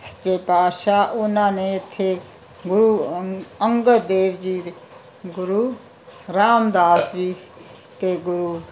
ਸੱਚੇ ਪਾਤਸ਼ਾਹ ਉਹਨਾਂ ਨੇ ਇੱਥੇ ਗੁਰੂ ਅੰ ਅੰਗਦ ਦੇਵ ਜੀ ਦੇ ਗੁਰੂ ਰਾਮਦਾਸ ਜੀ ਕਿ ਗੁਰੂ